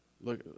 look